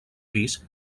pis